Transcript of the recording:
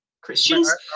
Christians